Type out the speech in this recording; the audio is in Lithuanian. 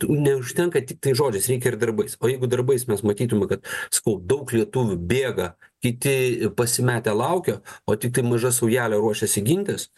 neužtenka tiktai žodžiais reikia ir darbais o jeigu darbais mes matytume kad sakau daug lietuvių bėga kiti pasimetę laukia o tiktai maža saujelė ruošiasi gintis